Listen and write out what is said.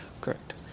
Correct